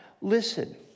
listen